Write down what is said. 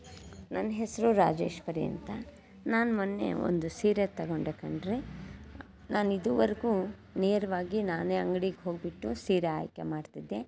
ನನ್ನ ಹೆಸರು ರಾಜೇಶ್ವರಿ ಅಂತ ನಾನು ಮೊನ್ನೆ ಒಂದು ಸೀರೆ ತೊಗೊಂಡೆ ಕಣ್ರೀ ನಾನು ಇದುವರ್ಗೂ ನೇರವಾಗಿ ನಾನೇ ಅಂಗ್ಡಿಗೆ ಹೋಗಿಬಿಟ್ಟು ಸೀರೆ ಆಯ್ಕೆ ಮಾಡ್ತಿದ್ದೆ